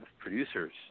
producers